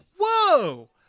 whoa